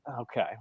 Okay